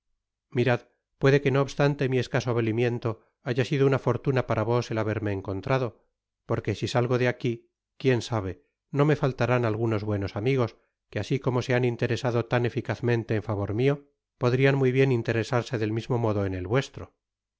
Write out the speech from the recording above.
mirad puede que no obstante mi escaso valimiento haya sido una fortuna para vos el haberme encontrado porque si salgo de aqui quien sabe no me faltarán algunos buenos amigos que asi como se han interesado tan eficazmente en favor mio podrian muy bien interesarse del mismo modo en el vuestro